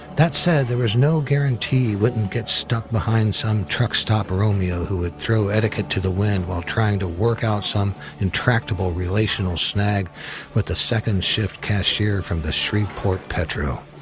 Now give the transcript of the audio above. that said, there was no guarantee wouldn't get stuck behind some truckstop romeo who would throw etiquette to the wind while trying to work out some intractable relational snag with the second shift cashier from the shreveport petro.